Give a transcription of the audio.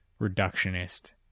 reductionist